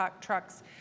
trucks